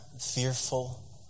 fearful